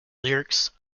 lyrics